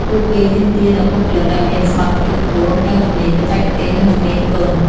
ពួកគេទាមទារនូវបុគ្គលិកដែលមានសមត្ថភាពខ្ពស់ ទាំងជំនាញបច្ចេកទេស និងជំនាញទន់។